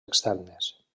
externes